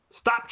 stop